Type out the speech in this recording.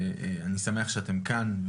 ואני שמח שאתם כאן,